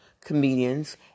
comedians